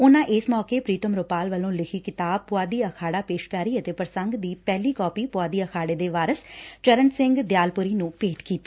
ਉਨੂਂ ਇਸ ਮੌਕੇ ਪ੍ਰੀਤਮ ਰੁਪਾਲ ਵੱਲੋਂ ਲਿਖੀ ਕਿੱਤਾਬ ਪੁਆਧੀ ਅਖਾੜਾ ਪੇਸ਼ਕਾਰੀ ਅਤੇ ਪ੍ਰਸੰਗ ਦੀ ਪਹਿਲੀ ਕਾਪੀ ਪੁਆਧੀ ਅਖਾੜੇ ਦੇ ਵਾਰਸ ਚਰਨ ਸਿੰਘ ਦਿਆਲਪੁਰੀ ਨੂੰ ਭੇਟ ਕੀਤੀ